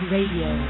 Radio